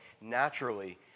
naturally